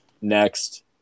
Next